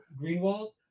Greenwald